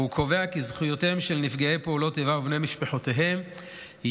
והוא קובע כי זכויותיהם של נפגעי פעולות איבה ובני משפחותיהם יהיו